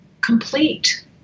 complete